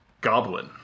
Goblin